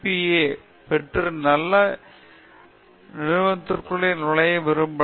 ஏ பெற்று நல்ல நிறுவனத்திற்குள் நுழைய விரும்பலாம்